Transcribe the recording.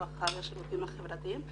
הרווחה והשירותים החברתיים.